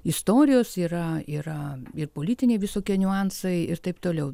istorijos yra yra ir politiniai visokie niuansai ir taip toliau